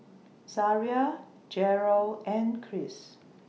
Zaria Jerrel and Chris